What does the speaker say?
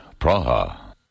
Praha